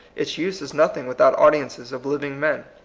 its use is nothing without audiences of living men.